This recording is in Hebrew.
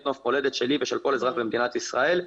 נוף מולדת שלי ושל כל אזרח במדינת ישראל.